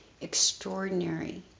Extraordinary